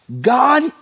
God